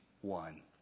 one